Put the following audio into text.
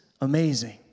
amazing